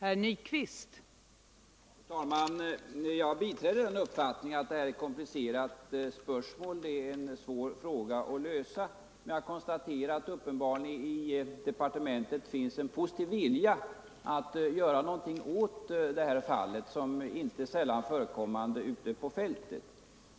Fru talman! Jag biträder uppfattningen att detta är ett komplicerat spörsmål, en fråga som är svår att lösa. Men jag konstaterar att det uppen barligen i departementet finns en positiv vilja att göra något åt dessa ute på fältet inte sällan förekommande fall.